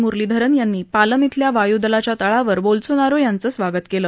मुरलीधरन यांनी पालम ब्रिल्या वायूदलाच्या तळावर बोल्सोनारो यांचं स्वागत केलं